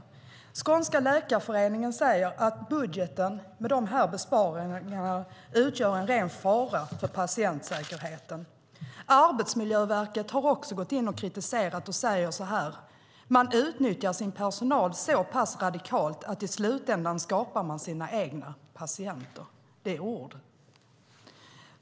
Den skånska läkarföreningen säger att budgeten, med de här besparingarna, utgör en ren fara för patientsäkerheten. Arbetsmiljöverket har också kritiserat och säger så här: Man utnyttjar sin personal så pass radikalt att i slutändan skapar man sina egna patienter.